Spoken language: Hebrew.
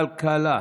הכלכלה.